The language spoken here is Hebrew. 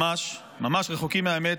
ממש ממש רחוקים מהאמת,